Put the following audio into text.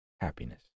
happiness